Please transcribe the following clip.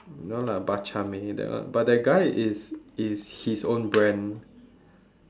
ya lah that one but that guy is it's his own brand